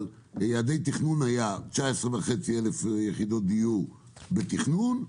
יעדי התכנון היו 19,500 יחידות דיור בתכנון,